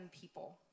people